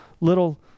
little